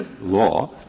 law